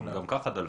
גם כך דלפו.